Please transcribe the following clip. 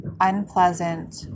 unpleasant